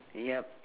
yup